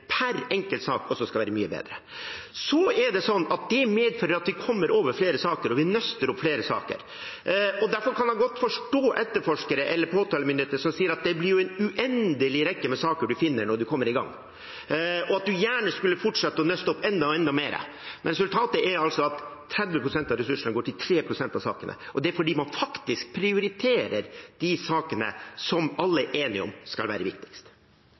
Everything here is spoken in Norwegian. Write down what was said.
per enkeltsak også skal være mye bedre. Det medfører at vi kommer over flere saker, og vi nøster opp flere saker. Derfor kan man godt forstå etterforskere eller påtalemyndighetene som sier at det blir en uendelig rekke med saker man finner når man kommer i gang, og at man gjerne skulle fortsatt å nøste opp enda mer. Men resultatet er altså at 30 pst. av ressursene går til 3 pst. av sakene, og det er fordi man faktisk prioriterer de sakene som alle er enige om skal være viktigst.